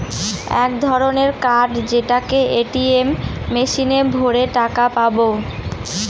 এক ধরনের কার্ড যেটাকে এ.টি.এম মেশিনে ভোরে টাকা পাবো